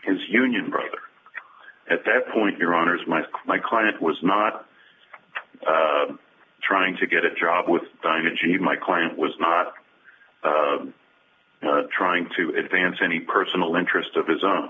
his union brother at that point your honour's my my client was not trying to get a job with dinah g my client was not trying to advance any personal interest of his own